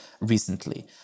recently